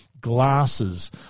glasses